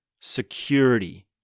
security